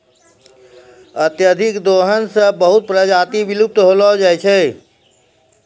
अत्यधिक दोहन सें बहुत प्रजाति विलुप्त होय जाय छै